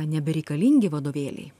nebereikalingi vadovėliai